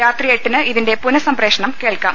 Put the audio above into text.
രാത്രി എട്ടിന് ഇതിന്റെ പുനഃസംപ്രേഷണം കേൾക്കാം